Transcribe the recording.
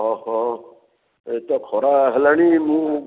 ହ ହଉ ଏବେ ତ ଖରା ହେଲାଣି ମୁଁ